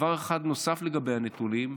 דבר אחד נוסף לגבי הנתונים: